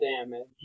damage